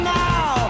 now